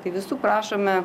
tai visų prašome